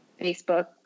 Facebook